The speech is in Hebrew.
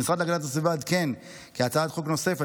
המשרד להגנת הסביבה עדכן כי הצעת חוק נוספת,